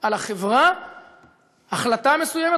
על החברה החלטה מסוימת,